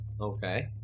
Okay